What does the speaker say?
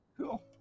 Cool